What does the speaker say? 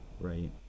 right